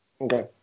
Okay